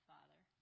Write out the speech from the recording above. Father